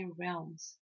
realms